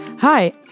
Hi